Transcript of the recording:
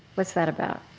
what's that about?